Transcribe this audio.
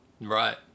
Right